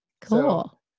Cool